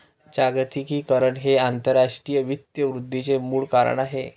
जागतिकीकरण हे आंतरराष्ट्रीय वित्त वृद्धीचे मूळ कारण आहे